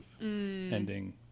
ending